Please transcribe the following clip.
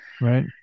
Right